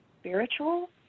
spiritual